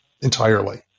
entirely